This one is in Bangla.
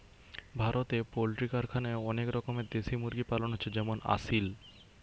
ভারতে পোল্ট্রি কারখানায় অনেক রকমের দেশি মুরগি পালন হচ্ছে যেমন আসিল